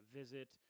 visit